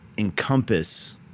encompass